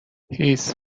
هیس